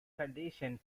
condition